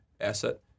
asset